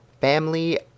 family